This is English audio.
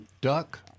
Duck